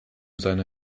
seine